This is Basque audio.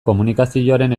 komunikazioaren